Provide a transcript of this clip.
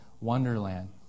wonderland